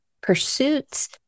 pursuits